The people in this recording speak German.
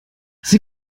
sie